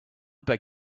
beg